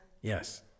yes